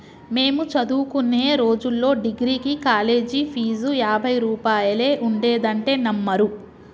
మేము చదువుకునే రోజుల్లో డిగ్రీకి కాలేజీ ఫీజు యాభై రూపాయలే ఉండేదంటే నమ్మరు